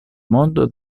mondo